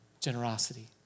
generosity